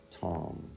Tom